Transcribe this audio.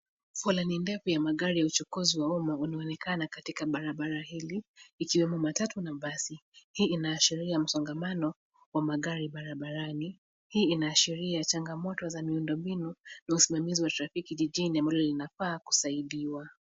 Foleni ndefu ya magari ya uchukuzi wa umma unaonekana katika barabara hili, ikiwemo matatu na basi. Hii inaashiria msongamano wa magari barabarani. Hii inaashiria changamoto za miundo mbinu na usimamizi wa trafiki jijini ambalo linafaa kusaidiwa.